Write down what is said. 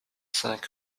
cinq